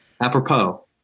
apropos